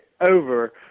over